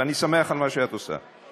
ואני שמח על מה שאת עושה,